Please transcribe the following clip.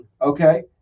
Okay